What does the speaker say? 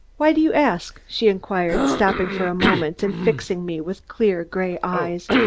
why do you ask? she inquired, stopping for a moment and fixing me with clear gray eyes.